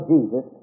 Jesus